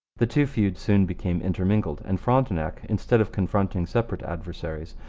the two feuds soon became intermingled, and frontenac, instead of confronting separate adversaries,